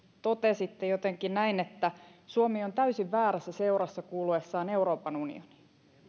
totesitte jotenkin näin että suomi on täysin väärässä seurassa kuuluessaan euroopan unioniin